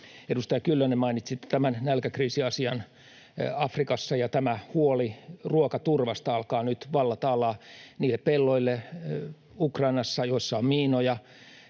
Edustaja Kyllönen, mainitsitte nälkäkriisiasian Afrikassa, ja tämä huoli ruokaturvasta alkaa nyt vallata alaa. Ne pellot Ukrainassa, joissa on miinoja,